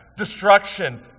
Destruction